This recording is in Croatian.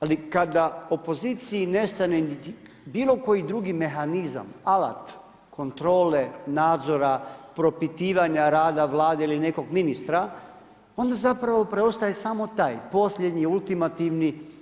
Ali kada opoziciji nestane bilo koji drugi mehanizam, alat kontrole nadzora, propitivanja rada Vlade ili nekog ministra, onda zapravo preostaje samo taj posljednji ultimativni.